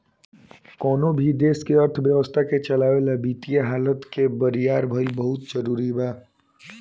कवनो भी देश के अर्थव्यवस्था के चलावे ला वित्तीय हालत के बरियार भईल बहुते जरूरी बा